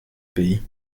pays